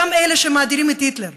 אותם אלה שמאדירים את היטלר,